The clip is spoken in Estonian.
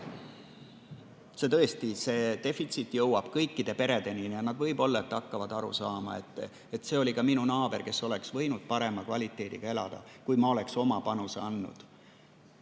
üles. Tõesti, see ravidefitsiit jõuab kõikide peredeni ja siis nad võib-olla hakkavad aru saama, et see oli ju minu naaber, kes oleks võinud parema kvaliteediga elu elada, kui ma oleksin oma panuse andnud.